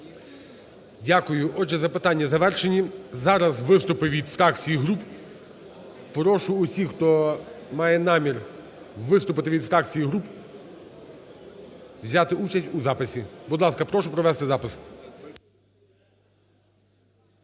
Дякую. Отже, запитання завершені. Зараз виступи від фракцій і груп. Прошу всіх, хто має намір виступити від фракцій і груп, взяти участь у записі. Будь ласка, прошу провести запис.